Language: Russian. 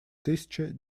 тысячи